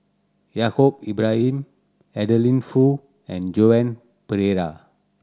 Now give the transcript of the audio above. Yaacob Ibrahim Adeline Foo and Joan Pereira